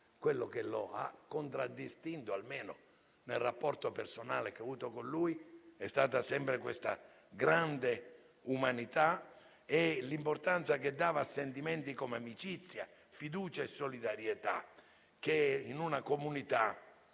Quello che lo ha contraddistinto, almeno nel rapporto personale che ho avuto con lui, è stata sempre questa grande umanità e l'importanza che dava a sentimenti come amicizia, fiducia e solidarietà, che in una comunità